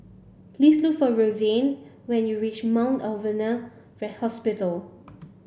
please look for Rosanne when you reach Mount Alvernia Hospital